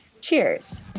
Cheers